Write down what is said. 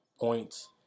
points